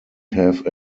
have